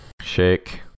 shake